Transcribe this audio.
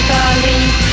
Paris